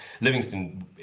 Livingston